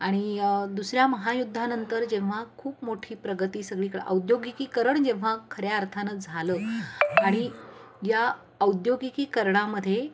आणि दुसऱ्या महायुद्धानंतर जेव्हा खूप मोठी प्रगती सगळी कडे औद्योगिकीकरण जेव्हा खऱ्या अर्थानं झालं आणि या औद्योगिकीकरणामध्ये